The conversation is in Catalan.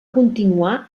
continuar